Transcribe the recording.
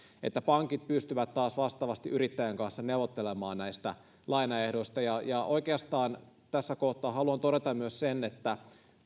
että pankit pystyvät taas vastaavasti yrittäjien kanssa neuvottelemaan lainaehdoista oikeastaan tässä kohtaa haluan todeta myös sen että